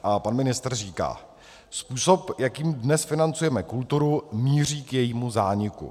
A pan ministr říká: Způsob, jakým dnes financujeme kulturu, míří k jejímu zániku.